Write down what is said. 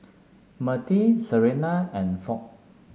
Mertie Serena and Foch